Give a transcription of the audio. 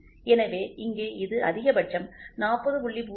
எனவே இங்கே இது அதிகபட்சம் 40